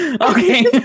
okay